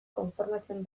konformatzen